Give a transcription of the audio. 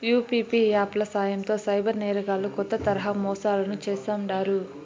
UPI app ల సాయంతో cyber నేరగాల్లు కొత్త తరహా మోసాలను చేస్తాండారు